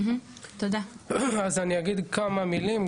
אז אני אגיד כמה מילים,